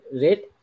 rate